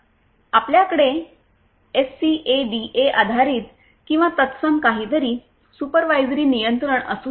आपल्याकडे एससीएडीए आधारित किंवा तत्सम काहीतरी सुपरवायझरी नियंत्रण असू शकते